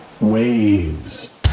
Waves